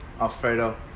alfredo